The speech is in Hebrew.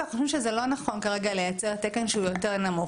כי אנחנו חושבים שזה לא נכון כרגע לייצר תקן שהוא יותר נמוך.